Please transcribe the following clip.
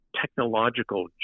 technological